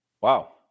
Wow